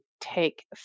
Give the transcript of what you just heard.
take